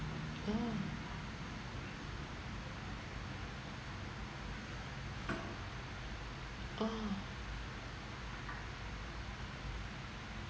oh oh